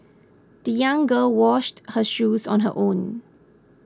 the young girl washed her shoes on her own